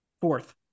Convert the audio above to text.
Fourth